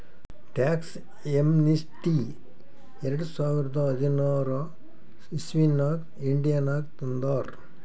tax amnesty ಎರಡ ಸಾವಿರದ ಹದಿನಾರ್ ಇಸವಿನಾಗ್ ಇಂಡಿಯಾನಾಗ್ ತಂದಾರ್